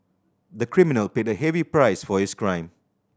the criminal paid a heavy price for his crime